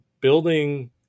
building